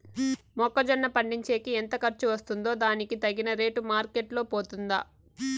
మొక్క జొన్న పండించేకి ఎంత ఖర్చు వస్తుందో దానికి తగిన రేటు మార్కెట్ లో పోతుందా?